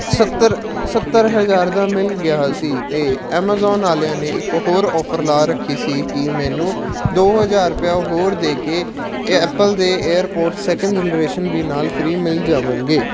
ਸੱਤਰ ਸੱਤਰ ਹਜ਼ਾਰ ਦਾ ਮਿਲ ਗਿਆ ਸੀ ਅਤੇ ਐਮਾਜ਼ੋਨ ਵਾਲਿਆਂ ਨੇ ਇੱਕ ਹੋਰ ਔਫਰ ਲਾ ਰੱਖੀ ਸੀ ਕਿ ਮੈਨੂੰ ਦੋ ਹਜ਼ਾਰ ਰੁਪਇਆ ਹੋਰ ਦੇ ਕੇ ਐਪਲ ਦੇ ਏਅਰਪੋਡ ਸੈਕਿੰਡ ਜਨਰੇਸ਼ਨ ਵੀ ਨਾਲ਼ ਫ੍ਰੀ ਮਿਲ ਜਾਣਗੇ